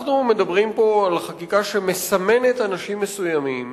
אנחנו מדברים פה על חקיקה שמסמנת אנשים מסוימים